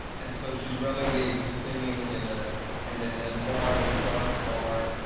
and so she's relegated to singing in a and ah and bar, in a dark bar,